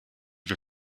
wir